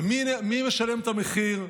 ומי משלם את המחיר?